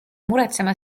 muretsema